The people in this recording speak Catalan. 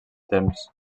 temps